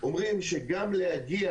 שגם להגיע